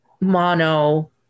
mono